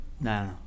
no